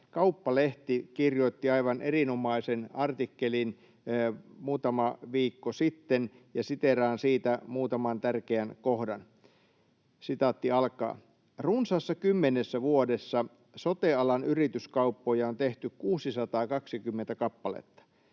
Kauppalehti kirjoitti aivan erinomaisen artikkelin muutama viikko sitten, ja siteeraan siitä muutaman tärkeän kohdan: ”Runsaassa kymmenessä vuodessa sote-alan yrityskauppoja on tehty 620 kappaletta.